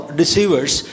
deceivers